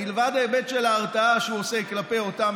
לבד מההיבט של ההרתעה שהוא עושה כלפי אותם